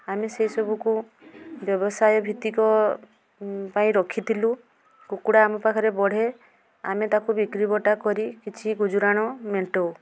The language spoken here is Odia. ଆମେ ସେସବୁକୁ ବ୍ୟବସାୟ ଭିତ୍ତିକ ପାଇଁ ରଖିଥିଲୁ କୁକୁଡ଼ା ଆମ ପାଖରେ ବଢ଼େ ଆମେ ତାକୁ ବିକ୍ରି ବଟା କରି କିଛି ଗୁଜୁରାଣ ମେଣ୍ଟାଉ